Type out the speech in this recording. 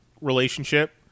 relationship